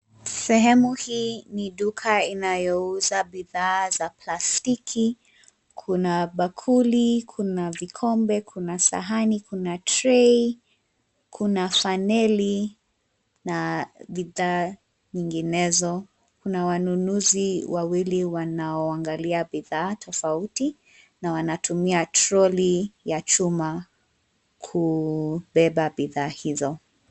Sehemu hii ni duka inayouza bidhaa za plastiki. Kuna bakuli, kuna vikombe, kuna sahani ,kuna trei, kuna faneli na bidhaa nyinginezo. Kuna wanunuzi wawili wanao angalia bidhaa tofauti, na wanatumia troli ya chuma kubeba bidhaa hizo.